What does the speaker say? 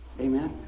Amen